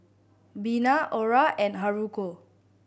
Bina Ora and Haruko